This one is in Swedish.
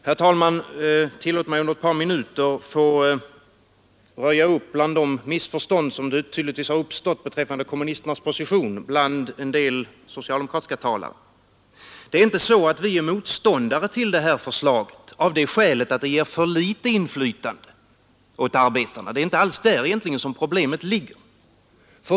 Herr talman! Tillåt mig att under ett par minuter röja upp bland de missförstånd beträffande kommunisternas position som tydligtvis har uppstått hos en del socialdemokratiska talare. Det är inte så att vi är motståndare till det här förslaget av det skälet att det ger för litet inflytande åt arbetarna. Det är egentligen inte alls där som problemet ligger.